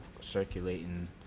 circulating